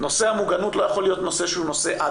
נושא המוגנות לא יכול להיות נושא אד-הוק,